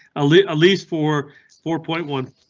ah least least for four point one,